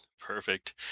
Perfect